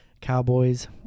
Cowboys